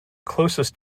closest